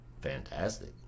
fantastic